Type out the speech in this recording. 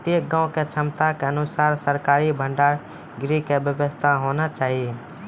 प्रत्येक गाँव के क्षमता अनुसार सरकारी भंडार गृह के व्यवस्था होना चाहिए?